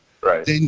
right